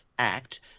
Act